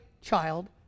child